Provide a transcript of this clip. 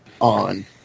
on